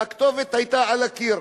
והכתובת היתה על הקיר.